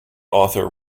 author